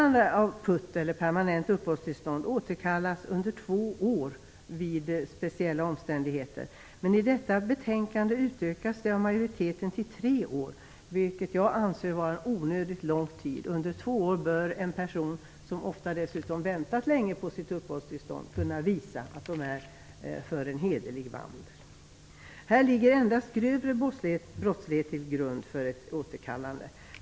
Permanent uppehållstillstånd kan återkallas under två år vid speciella omständigheter. Men i och med detta betänkande utökas det av majoriteten till tre år, vilket jag anser vara en onödigt lång tid. Under två år bör en person, som ofta dessutom väntat länge på sitt uppehållstillstånd, ha kunnat visa prov på hederlig vandel. Här ligger endast grövre brottslighet till grund för ett återkallande.